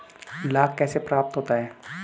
लाख कैसे प्राप्त होता है?